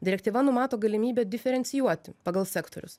direktyva numato galimybę diferencijuoti pagal sektorius